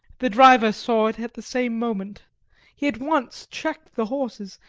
the driver saw it at the same moment he at once checked the horses,